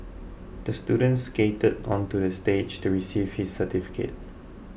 the student skated onto the stage to receive his certificate